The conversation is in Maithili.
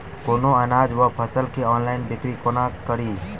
कोनों अनाज वा फसल केँ ऑनलाइन बिक्री कोना कड़ी?